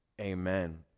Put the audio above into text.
Amen